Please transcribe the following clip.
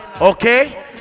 Okay